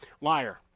Liar